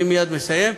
אני מייד מסיים,